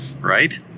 right